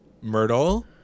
Myrtle